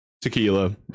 Tequila